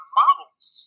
models